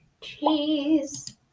cheese